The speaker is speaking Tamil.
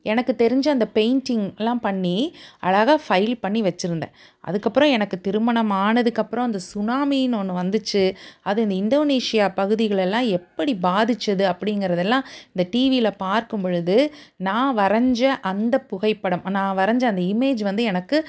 எனக்கு தெரிஞ்ச அந்த பெயிண்டிங்கெலாம் பண்ணி அழகாக ஃபைல் பண்ணி வச்சுருந்தேன் அதுக்கப்புறம் எனக்கு திருமணம் ஆனதுக்கு அப்புறம் அந்த சுனாமின்னு ஒன்று வந்துச்சு அதுவும் இந்த இந்தோனேசியா பகுதிகளெல்லாம் எப்படி பாதிச்சது அப்படிங்குறதெல்லாம் இந்த டிவியில் பார்க்கும் பொழுது நான் வரைஞ்ச அந்த புகைப்படம் நான் வரைஞ்ச அந்த இமேஜ் வந்து எனக்கு